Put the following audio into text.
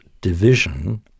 division